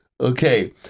Okay